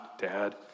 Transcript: Dad